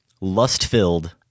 lust-filled